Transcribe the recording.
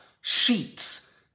sheets